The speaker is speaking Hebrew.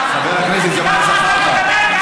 חבר הכנסת ג'מאל זחאלקה,